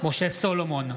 משה סולומון,